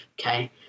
Okay